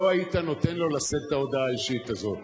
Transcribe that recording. לא היית נותן לו לשאת את ההודעה האישית הזאת.